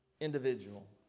individual